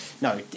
no